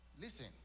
Listen